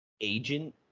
agent